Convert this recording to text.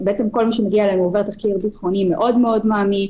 עובר תחקיר ביטחוני מאוד מעמיק,